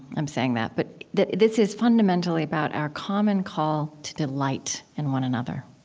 i'm saying that but that this is fundamentally about our common call to delight in one another.